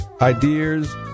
ideas